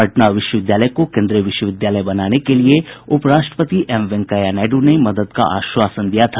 पटना विश्वविद्यालय को केन्द्रीय विश्वविद्यालय बनाने के लिए उप राष्ट्रपति एम वेंकैया नायडू ने मदद का आश्वासन दिया था